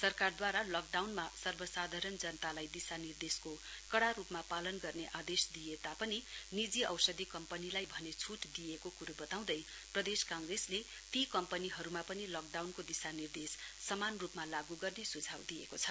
सरकारद्वारा लकडाउनमा सर्वसाधारण जनतालाई दिशानिर्देशको कडा रूपमा पालन गर्ने आदेश दिइए तापनि निजी औषधी कम्पनीलाई भने छुट दिइएको कुरो बताउँदै प्रदेश कांग्रेसले ती कम्पनीहरूमा पनि लकडाउनको दिशानिर्देश समान रूपमा लागू गर्ने सुझाउ दिएको छ